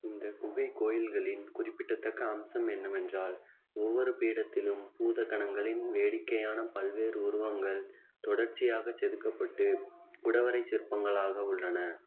இந்த குகைக் கோயில்களின் குறிப்பிட்டத்தக்க அம்சம் என்னவென்றால் ஒவ்வொரு பீடத்திலும் பூதகணங்களின் வேடிக்கையான பல்வேறு உருவங்கள தொடர்ச்சியாகச் செதுக்கப்பட்டு குடவரை சிற்பங்களாக உள்ளன